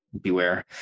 beware